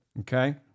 okay